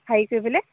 হেৰি কৰিবলৈ